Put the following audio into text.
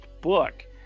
book